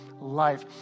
life